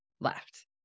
left